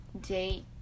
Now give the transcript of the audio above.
date